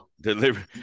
delivery